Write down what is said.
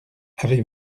avez